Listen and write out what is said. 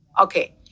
Okay